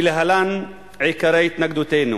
ולהלן עיקרי התנגדותנו: